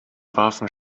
warfen